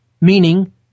meaning